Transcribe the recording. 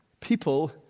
people